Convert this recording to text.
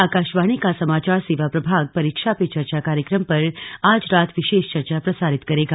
आकाशवाणी का समाचार सेवा प्रभाग परीक्षा पे चर्चा कार्यक्रम पर आज रात विशेष चर्चा प्रसारित करेगा